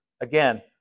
Again